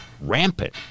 rampant